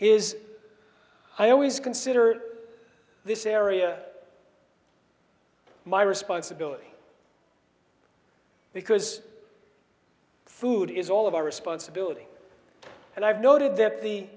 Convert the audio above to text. is i always consider this area my responsibility because food is all of our responsibility and i've noted that the